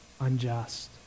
Unjust